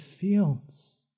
fields